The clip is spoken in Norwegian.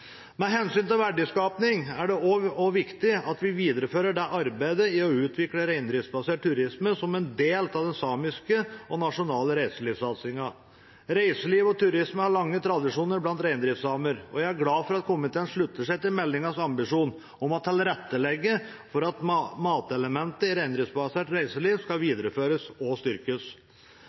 Med hensyn til verdiskaping er det også viktig at vi viderefører arbeidet med å utvikle reindriftsbasert turisme som en del av den samiske og nasjonale reiselivssatsingen. Reiseliv og turisme har lange tradisjoner blant reindriftssamer. Jeg er glad for at komiteen slutter seg til meldingens ambisjon om å tilrettelegge for at matelementet i reindriftsbasert reiseliv skal videreføres og styrkes.